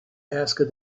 asked